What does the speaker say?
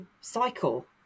cycle